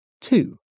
Two